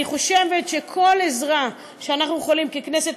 אני חושבת שכל עזרה שאנחנו יכולים ככנסת